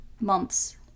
months